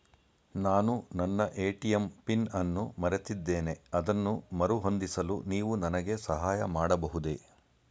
ನಾನು ನನ್ನ ATM pin ಅನ್ನು ಮರೆತಿದ್ದೇನೆ ಅದನ್ನು ಮರುಹೊಂದಿಸಲು ನೀವು ನನಗೆ ಸಹಾಯ ಮಾಡಬಹುದೇ?